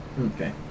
Okay